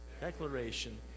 declaration